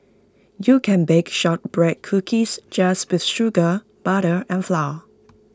you can bake Shortbread Cookies just with sugar butter and flour